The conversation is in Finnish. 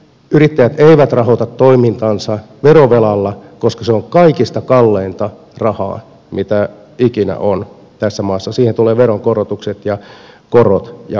yrittäjät eivät rahoita toimintaansa verovelalla koska se on kaikista kalleinta rahaa mitä ikinä on tässä maassa siihen tulee veronkorotukset ja korot ja kaikki muut